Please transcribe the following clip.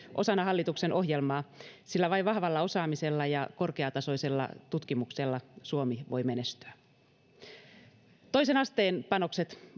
osana hallituksen ohjelmaa sillä vain vahvalla osaamisella ja korkeatasoisella tutkimuksella suomi voi menestyä toisen asteen panokset